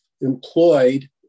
employed